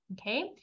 okay